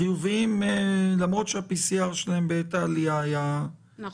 חיוביים למרות שבדיקת PCR שלהם בעת העלייה היה --- נכון.